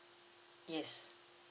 yes